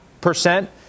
percent